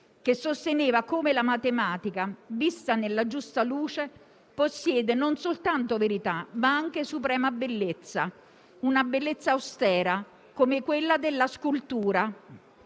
che sosteneva come la matematica, vista nella giusta luce, possiede non soltanto verità ma anche suprema bellezza: una bellezza austera, come quella della scultura.